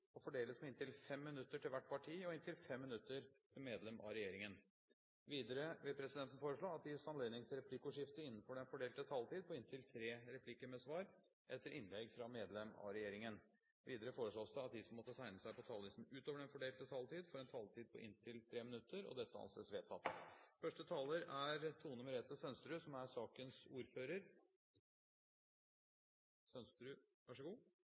og fordeles med inntil 5 minutter til hvert parti og inntil 5 minutter til medlem av regjeringen. Videre vil presidenten foreslå at det blir gitt anledning til replikkordskiftet på inntil tre replikker med svar etter innlegg fra medlem av regjeringen innenfor den fordelte taletiden. Videre vil presidenten foreslå at de som måtte tegne seg på talerlisten utover den fordelte taletid, får en taletid på inntil 3 minutter. – Det anses vedtatt. Første taler er Tove Karoline Knutsen som